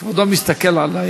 כבודו מסתכל עלי.